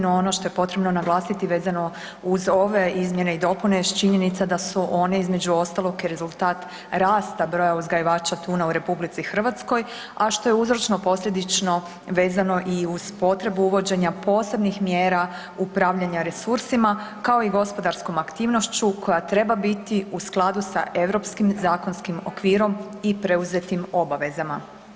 No, ono što je potrebno naglasiti vezano uz ove izmjene i dopune jest činjenica da su one između ostalog rezultat rasta broja uzgajivača tuna u Republici Hrvatskoj, a što je uzročno-posljedično vezano i uz potrebu uvođenja posebnih mjera upravljanja resursima, kao i gospodarskom aktivnošću koja treba biti u skladu sa europskim zakonskim okvirom i preuzetim obavezama.